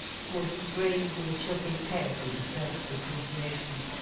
for he gravely shook his head in self depreciation.